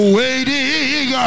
waiting